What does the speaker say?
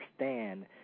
understand